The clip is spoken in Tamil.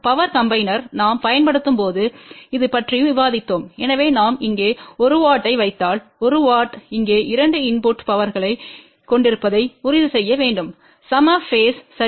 பவர் காம்பினராக நாம் பயன்படுத்தும் போது இது பற்றியும் விவாதித்தோம் எனவே நாம் இங்கே 1 W ஐ வைத்தால் 1 W இங்கே 2 இன்புட்ட்டு பவர்களைக் கொண்டிருப்பதை உறுதி செய்ய வேண்டும் சம பேஸ்ம் சரி